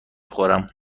خورم